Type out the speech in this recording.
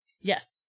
Yes